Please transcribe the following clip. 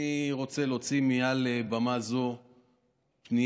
אני רוצה להוציא מעל במה זו פנייה